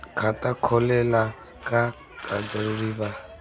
खाता खोले ला का का जरूरी बा?